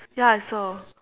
ya I saw